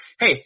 hey